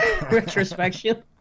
retrospection